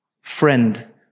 Friend